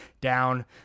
down